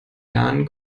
jahren